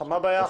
מה הבעיה?